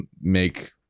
make